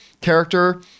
character